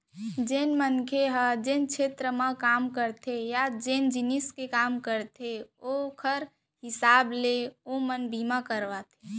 जेन मनसे ह जेन छेत्र म काम करथे या जेन जिनिस के काम करथे ओकर हिसाब ले ओमन बीमा करवाथें